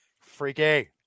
Freaky